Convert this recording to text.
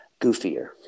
goofier